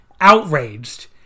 outraged